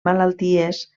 malalties